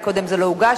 כי קודם זה לא הוגש,